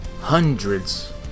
hundreds